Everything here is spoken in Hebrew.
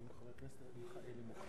אני מבקש.